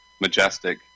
Majestic